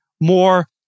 more